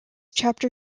chapter